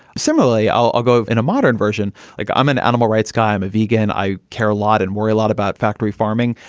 similarly, i'll i'll go in a modern version like i'm an animal rights guy, i'm a vegan, i care lot and worry a lot about factory farming.